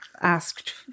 asked